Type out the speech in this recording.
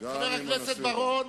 חבר הכנסת בר-און,